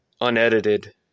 unedited